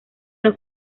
los